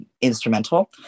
instrumental